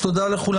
תודה לכולם.